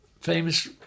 famous